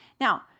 Now